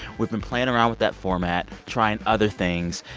we've been playing around with that format, trying other things.